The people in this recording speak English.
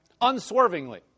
unswervingly